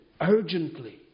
urgently